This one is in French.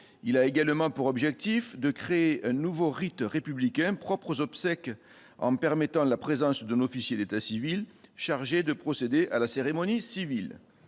il a également pour objectif de créer un nouveau rite républicain propres obsèques en permettant la présence de l'officier d'état civil chargé de procéder à la cérémonie civile,